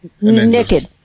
Naked